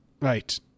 Right